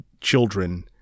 children